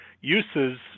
uses